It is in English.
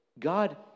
God